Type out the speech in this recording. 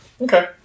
Okay